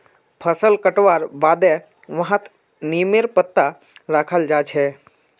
फसल कटवार बादे वहात् नीमेर पत्ता रखाल् जा छे